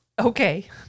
Okay